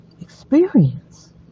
experience